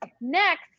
next